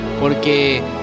porque